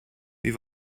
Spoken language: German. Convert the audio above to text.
wie